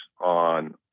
on